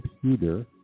computer